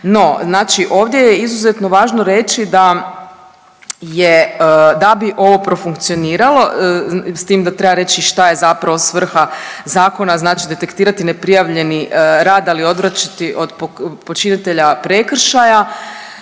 ovdje je izuzetno važno reći da je da bi ovo profunkcioniralo, s tim da treba reći šta je zapravo svrha zakona, znači detektirati neprijavljeni rad, ali odvraćati od počinitelja prekršaja.